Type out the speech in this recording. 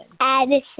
Addison